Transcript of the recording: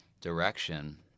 direction